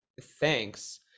Thanks